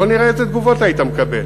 בוא נראה איזה תגובות היית מקבל.